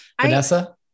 Vanessa